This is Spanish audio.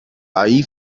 ahí